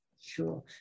Sure